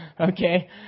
Okay